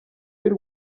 y’u